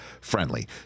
friendly